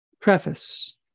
Preface